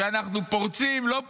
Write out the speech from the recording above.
כשאנחנו פורצים, לא פורצים,